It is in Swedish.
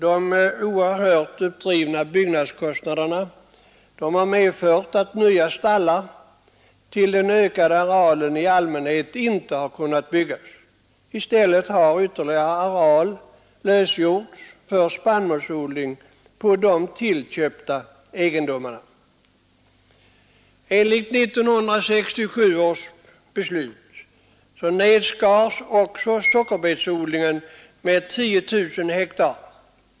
De oerhört uppdrivna byggnadskostnaderna har medfört att nya stallar till den ökade arealen i allmänhet inte har kunnat byggas. I stället har ytterligare areal lösgjorts för spannmålsodling på de tillköpta egendomarna. Enligt 1967 års beslut nedskars också sockerbetsodlingen med 10 000 hektar.